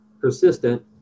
persistent